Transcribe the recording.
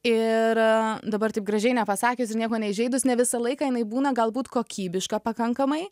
ir dabar taip gražiai nepasakius ir nieko neįžeidus ne visą laiką jinai būna galbūt kokybiška pakankamai